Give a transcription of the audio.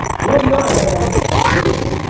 give your evidence said the king.